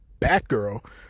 Batgirl